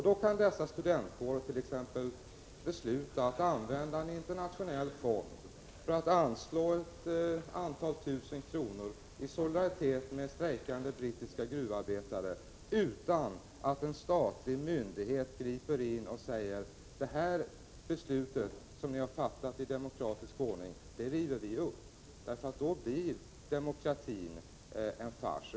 Då kan dessa studentkårer besluta att exempelvis använda en internationell fond för att anslå ett antal tusen kronor för att visa solidaritet med strejkande brittiska gruvarbetare utan att en statlig myndighet griper in och säger: Det här beslutet — som ni har fattat i demokratisk ordning — river vi upp. Då blir demokratin en fars.